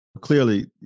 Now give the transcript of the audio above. clearly